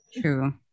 true